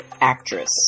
actress